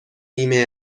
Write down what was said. نیمه